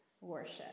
worship